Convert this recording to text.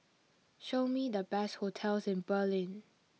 show me the best hotels in Berlin